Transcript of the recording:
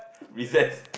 recess